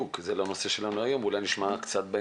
הנושא שלנו היום הוא היעדר מנגנון שבת